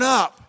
up